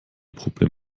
problem